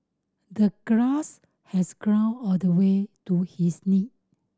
the grass has grown all the way to his knee